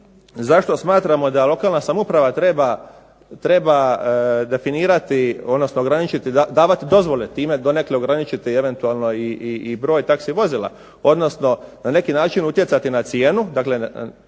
zašto smatramo da lokalna samouprava treba definirati, odnosno ograničiti, davati dozvole time donekle ograničiti eventualno i broj taksi vozila, odnosno na neki način utjecati na cijenu, dakle ovdje ne